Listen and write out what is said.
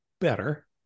better